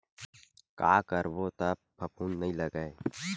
का करबो त फफूंद नहीं लगय?